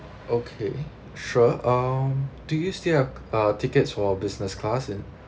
okay sure um do you still have uh tickets for business class in